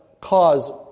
cause